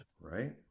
Right